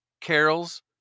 carols